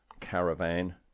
caravan